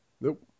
Nope